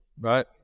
right